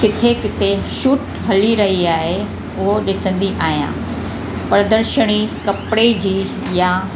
किथे किथे शूट हली रही आहे उहो ॾिसंदी आहियां प्रदर्षणी कपिड़े जी या